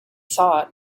thought